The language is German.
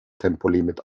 tempolimit